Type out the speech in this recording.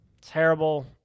terrible